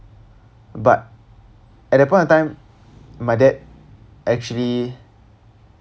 but at that point of time my dad actually